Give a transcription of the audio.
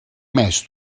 més